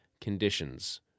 conditions